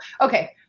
okay